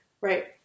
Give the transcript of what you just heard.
right